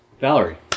Valerie